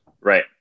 Right